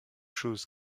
chose